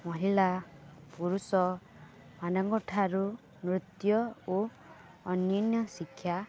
ମହିଲା ପୁରୁଷମାନଙ୍କଠାରୁ ନୃତ୍ୟ ଓ ଅନ୍ୟାନ୍ୟ ଶିକ୍ଷା